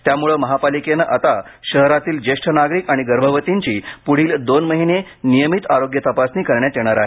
त्यामुळे महापालिकेने आता शहरातील ज्येष्ठ नागरिक आणि गर्भवतींची पुढील दोन महिने नियमित आरोग्य तपासणी करण्यात येणार आहे